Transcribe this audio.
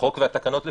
החוק והתקנות לפיו.